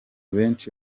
benshi